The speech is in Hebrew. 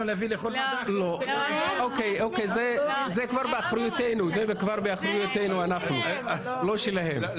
אוקיי, זה כבר באחריותנו, לא שלהם,